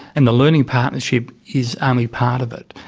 and the learning partnership is only part of it.